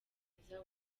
ubuzima